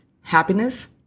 happiness